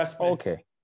Okay